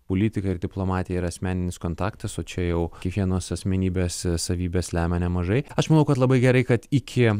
politika ir diplomatija ir asmeninis kontaktas o čia jau kiekvienos asmenybės savybės lemia nemažai aš manau kad labai gerai kad iki